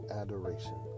adoration